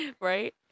Right